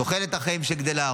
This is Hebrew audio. תוחלת החיים שגדלה,